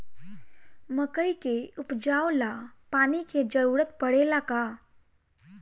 मकई के उपजाव ला पानी के जरूरत परेला का?